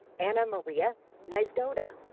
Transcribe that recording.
anna maria niezgoda.